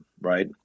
right